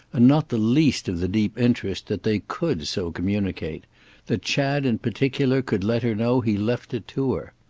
and not the least of the deep interest, that they could so communicate that chad in particular could let her know he left it to her.